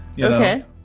Okay